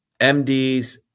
MDs